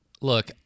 Look